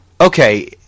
okay